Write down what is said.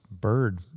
bird